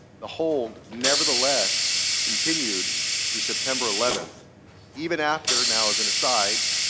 the hold nevertheless continued through september eleventh even after, now as an aside,